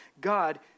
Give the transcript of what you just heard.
God